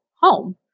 home